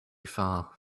far